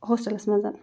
ہوسٹَلَس منٛز